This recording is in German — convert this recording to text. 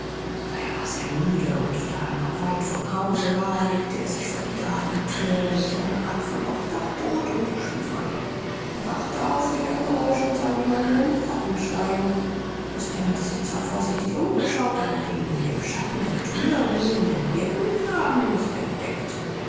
aber er war sehr müde und da er noch weit von hause war legte er sich vor die gartenthür welche eine art von obdach bot und schlief ein er wachte auf durch ein geräusch und sah jemand in den garten steigen christian hatte sich zwar vorsichtig umgeschaut aber den in dem schatten der thür ruhenden hirtenknaben nicht entdeckt